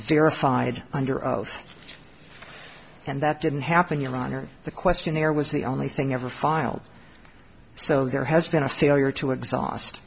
verified under oath and that didn't happen your honor the questionnaire was the only thing ever filed so there has been a failure to exhaust